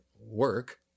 work